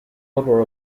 other